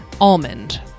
almond